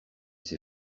ces